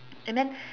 and then